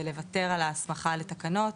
ולוותר על ההסמכה לתקנות,